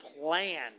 plan